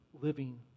living